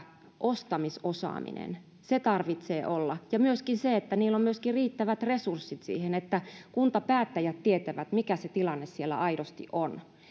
ostamisosaaminen se tarvitsee olla ja myöskin se että niillä on riittävät resurssit siihen että kuntapäättäjät tietävät mikä se tilanne siellä aidosti on